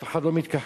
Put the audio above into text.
אף אחד לא מתכחש,